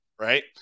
Right